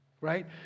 Right